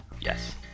yes